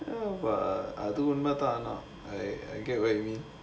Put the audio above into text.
அது உண்மைதான் ஆனா:adhu unmaithaan aanaa I get what you mean